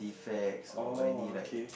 defects or any like